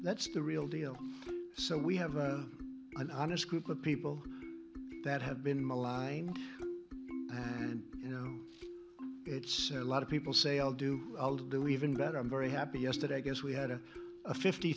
that's the real deal so we have an honest group of people that have been maligned and you know it's a lot of people say i'll do i'll do even better i'm very happy yesterday i guess we had a fifty